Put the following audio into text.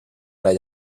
ara